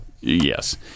Yes